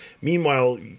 meanwhile